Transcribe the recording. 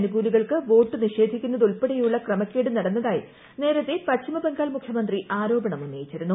അനുകൂലികൾക്ക് vote നിഷേധിക്കുന്നത് ഉൾപ്പെടെയുള്ള ക്രമക്കേട് നടന്നതായി നേരത്തെ പശ്ചിമബംഗാൾ മുഖ്യമന്ത്രി ആരോപണം ഉന്നയിച്ചിരുന്നു